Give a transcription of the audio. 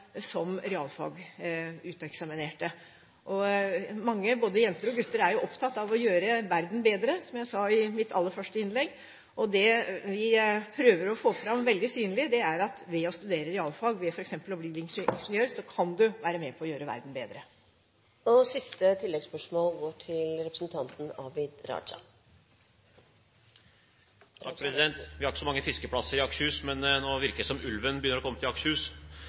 som realfagsuteksaminerte. Mange – både jenter og gutter – er opptatt av å gjøre verden bedre, som jeg sa i mitt aller første innlegg. Det vi prøver å få fram veldig tydelig, er at man ved å studere realfag og f.eks. bli ingeniør kan være med på å gjøre verden bedre. Abid Q. Raja – til oppfølgingsspørsmål. Vi har ikke så mange fiskeplasser i Akershus, men nå virker det som om ulven begynner å komme til Akershus.